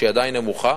היא עדיין נמוכה,